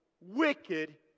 wicked